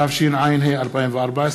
התשע"ה 2014,